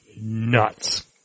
nuts